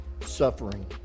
suffering